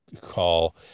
call